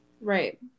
right